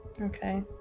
Okay